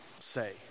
say